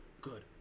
good